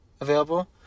available